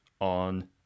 on